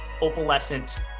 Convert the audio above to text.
opalescent